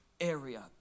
area